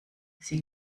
sie